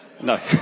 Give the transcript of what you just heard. No